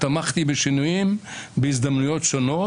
תמכתי בשינויים בהזדמנויות שונות,